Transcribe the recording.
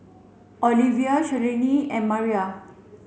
Olivia Shirlene and Mariah